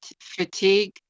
fatigue